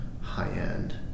high-end